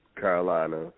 Carolina